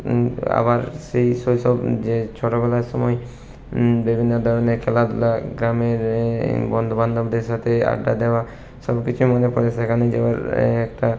কিন্তু আবার সেই শৈশব যে ছোটোবেলার সময় বিভিন্ন ধরনের খেলাধুলা গ্রামের বন্ধুবান্ধবদের সাথে আড্ডা দেওয়া সবকিছু মনে পড়ে সেখানে যে একটা